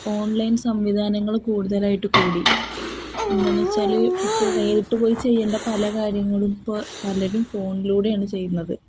online സംവിധാനങ്ങള് കൂടുതലായിട്ടു കൂടി എന്താണെന്നുവച്ചാല് ഇപ്പോള് നേരിട്ടു പോയി ചെയ്യേണ്ട പല കാര്യങ്ങളും ഇപ്പോള് പലരും ഫോണിലൂടെയാണു ചെയ്യുന്നത്